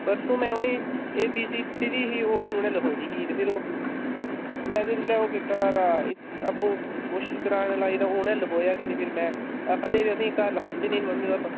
परसूं मैं उ'नेंगी एबीसी दित्ती दी ही ओह् बी नी उ'नें लिखोई दी ही ते फिर ओह् मैं जिसलै ओह् कीता आपूं कोशिश कराने लाई ते उ'नें लखोआ गै नी ते फिर मैं आक्खा दे असें घर लखांदे नि मम्मी पापा